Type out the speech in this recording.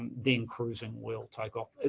then cruising will take off.